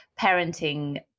parenting